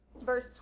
verse